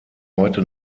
heute